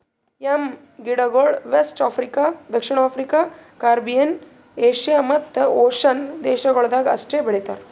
M ಗಿಡಗೊಳ್ West Africa, ದಕ್ಷಿಣ America, Caribbean, Asia ಮತ್ತ್ ಓಷನ್ನ ದೇಶಗೊಳ್ದಾಗ್ ಅಷ್ಟೆ ಬೆಳಿತಾರ್